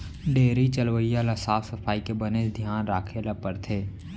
dairy चलवइया ल साफ सफई के बनेच धियान राखे ल परथे